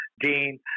dean